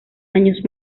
años